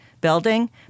building